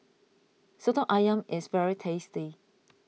Soto Ayam is very tasty